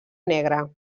negra